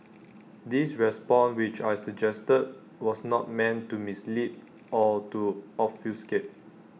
this response which I suggested was not meant to mislead or to obfuscate